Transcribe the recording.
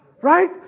Right